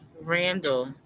randall